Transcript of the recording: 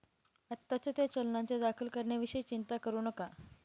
आत्ताच त्या चलनांना दाखल करण्याविषयी चिंता करू नका